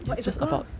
but it's a graph